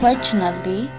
Unfortunately